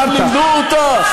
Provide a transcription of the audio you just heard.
מה שאלוהים מנחה אותנו?